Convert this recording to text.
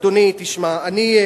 אדוני, אני,